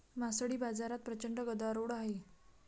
मासळी बाजारात प्रचंड गदारोळ आहे